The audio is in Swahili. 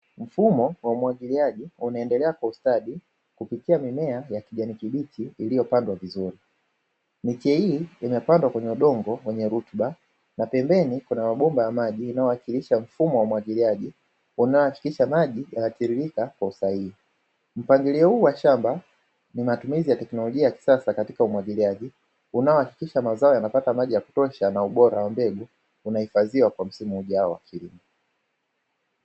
Mfumo wa umwagiliaji unaendelea kwa ustadi kupitia mimea ya kijani kibichi iliyopandwa vizuri. Miche hii imepandwa kwenye udongo wenye rutuba na pembeni kuna mabomba ya maji yanayowakilisha mfumo wa umwagiliaji, unaohakikisha maji yanatiririka kwa usahihi. Mpangilio huu wa shamba ni matumizi ya teknolojia ya kisasa katika umwagiliaji unaohakikisha mazao yanapata maji ya kutosha na ubora wa mbegu unahifadhiwa kwa msimu ujao wa kilimo.